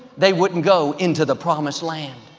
they wouldn't go into the promised land.